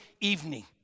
evening